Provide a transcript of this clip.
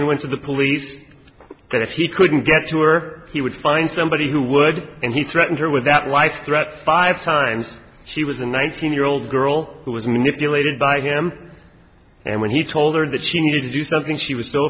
and went to the police that if he couldn't get to her he would find somebody who would and he threatened her with that life threat five times she was a nineteen year old girl who was manipulated by him and when he told her that she needed to do something she was s